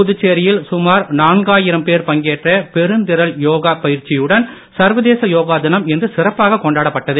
புதுச்சேரியில் சுமார் நாலாயிரம் பேர் பங்கேற்ற பெருந்திரள் யோகா பயிற்சியுடன் சர்வதேச யோகா தினம் இன்று சிறப்பாக கொண்டாடப்பட்டது